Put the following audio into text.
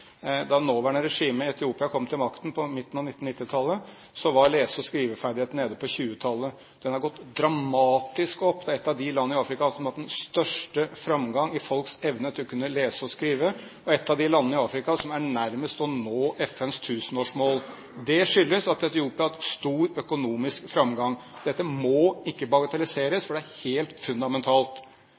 Da det nåværende regimet i Etiopia kom til makten på midten av 1990-tallet, var lese- og skriveferdigheten nede på 20-tallet. Den er gått dramatisk opp. Det er et av de land i Afrika som har hatt den største framgang når det gjelder folks evne til å kunne lese og skrive, og det er et av de landene i Afrika som er nærmest til å kunne nå FNs tusenårsmål. Det skyldes at Etiopia har hatt stor økonomisk framgang. Dette må ikke bagatelliseres, for det er helt fundamentalt.